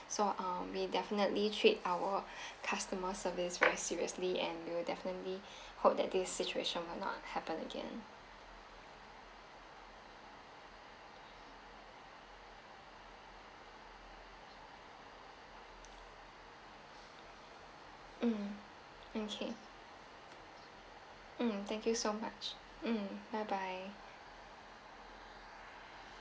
so um we definitely treat our customer service very seriously and we will definitely hope that this situation will not happen again mm okay mm thank you so much mm bye bye